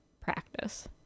practice